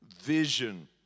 vision